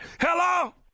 hello